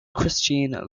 christine